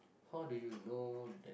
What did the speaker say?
how do you know that